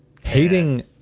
hating